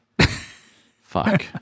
Fuck